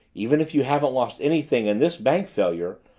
even if you haven't lost anything in this bank failure,